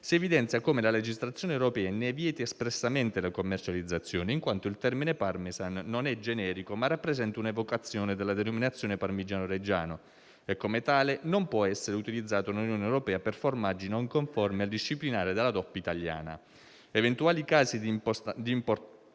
si evidenzia come la legislazione europea ne vieti espressamente la commercializzazione, in quanto il termine «Parmesan» non è generico, ma rappresenta un'evocazione della denominazione «Parmigiano Reggiano» e come tale non può essere utilizzato in Unione europea per formaggi non conformi al disciplinare della DOP italiana. Eventuali casi di importazione